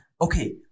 okay